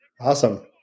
Awesome